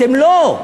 אתם לא.